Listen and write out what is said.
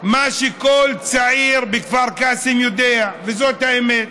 מה שכל צעיר בכפר קאסם יודע, וזאת האמת.